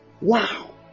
Wow